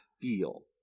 feel